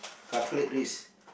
calculate risk